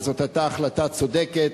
וזאת היתה החלטה צודקת,